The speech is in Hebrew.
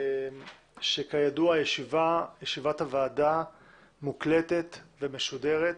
שכיודע ישיבת הוועדה מוקלטת ומשודרת,